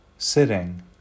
sitting